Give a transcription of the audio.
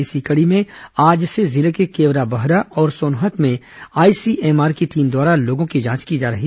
इसी कड़ी में आज से जिले के केवराबहरा और सोनहत में आईसीएमआर की टीम द्वारा लोगों की जांच की गई